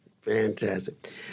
Fantastic